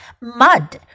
Mud